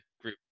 group